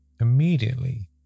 immediately